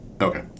Okay